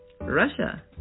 Russia